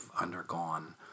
undergone